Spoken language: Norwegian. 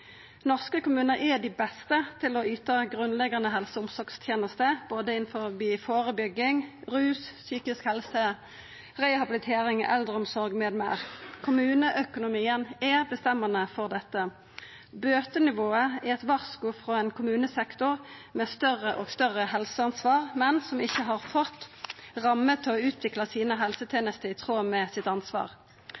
Norske kommunar er dei beste til å yta grunnleggjande helse- og omsorgstenester innanfor både førebygging, rus, psykisk helse, rehabilitering, eldreomsorg m.m. Kommuneøkonomien er bestemmande for dette. Bøtenivået er eit varsku frå ein kommunesektor med større og større helseansvar, men som ikkje har fått rammer til å utvikla helsetenestene sine